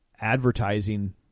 advertising